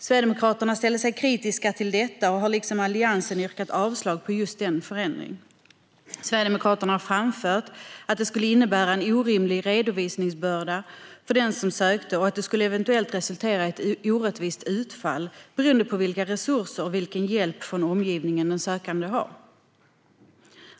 Sverigedemokraterna har ställt sig kritiska till detta och har liksom alliansen yrkat avslag på just denna förändring. Sverigedemokraterna har framfört att det skulle innebära en orimlig redovisningsbörda för den sökande och att detta eventuellt skulle resultera i ett orättvist utfall beroende på vilka resurser och vilken hjälp från omgivningen den sökande har.